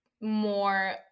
more